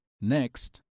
next